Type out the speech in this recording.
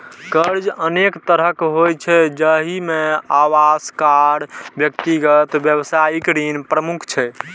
कर्ज अनेक तरहक होइ छै, जाहि मे आवास, कार, व्यक्तिगत, व्यावसायिक ऋण प्रमुख छै